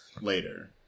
later